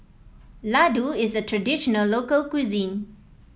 Laddu is a traditional local cuisine